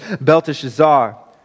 Belteshazzar